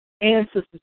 ancestors